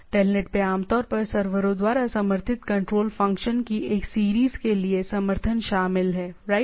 TELNET में आमतौर पर सर्वरों द्वारा समर्थित कंट्रोल फंक्शन की एक सीरीज के लिए समर्थन शामिल है राइट